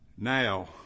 Now